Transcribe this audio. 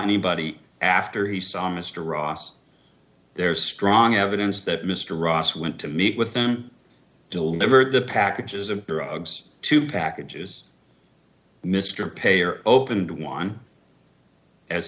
anybody after he saw mr ross there's strong evidence that mr ross went to meet with them deliver the packages of drugs to packages mr payer opened one as